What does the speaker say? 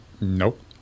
Nope